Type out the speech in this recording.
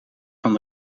van